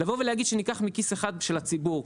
לבוא ולהגיד שניקח מכיס אחד של הציבור,